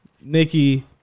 Nikki